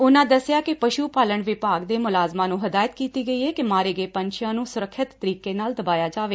ਉਨਾਂ ਦਸਿਆ ਕਿ ਪਸ਼ੁ ਪਾਲਣ ਵਿਭਾਗ ਨੇ ਮੁਲਾਜ਼ਮਾਂ ਨੰ ਹਦਾਇਤ ਕੀਤੀ ਗਈ ਏ ਕਿ ਮਾਰੇ ਗਏ ਪੰਛੀਆਂ ਨੂੰ ਸੁਰੱਖਿਅਤ ਤਰੀਕੇ ਨਾਲ ਦਬਾਇਆ ਜਾਵੇ